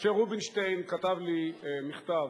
משה רובינשטיין כתב לי מכתב.